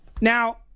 Now